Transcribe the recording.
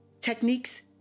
Techniques